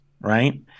right